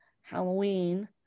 Halloween